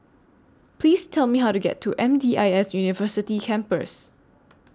Please Tell Me How to get to M D I S University Campus